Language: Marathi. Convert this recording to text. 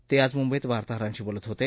ते आज मुंबईत वार्ताहारांशी बोलत होते